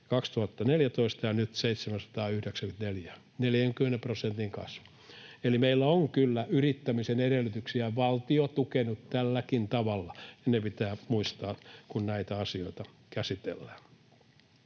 2014 ja 794 nyt, 40 prosentin kasvu. Eli meillä on kyllä yrittämisen edellytyksiä valtio tukenut tälläkin tavalla, ja ne pitää muistaa, kun näitä asioita käsitellään.